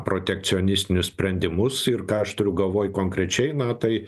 protekcionistinius sprendimus ir ką aš turiu galvoj konkrečiai na tai